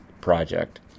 project